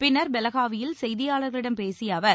பின்னர் பெலகாவியில் செய்தியாளர்களிடம் பேசிய அவர்